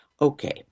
Okay